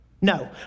No